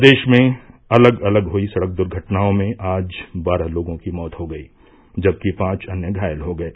प्रदेश में अलग अलग हुयी सड़क दुर्घटनाओं में आज बारह लोगों की मौत हो गयी जबकि पांच अन्य घायल हो गये